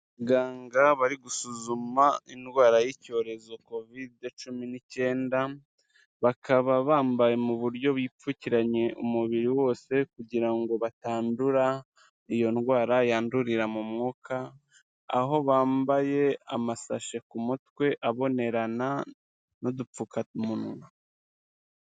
Abaganga bari gusuzuma indwara y'icyorezo COVID cumi n'icyenda, bakaba bambaye mu buryo bipfukiranye umubiri wose kugira ngo batandura iyo ndwara yandurira mu mwuka, aho bambaye amasashe ku mutwe abonerana n'udupfukamunwa.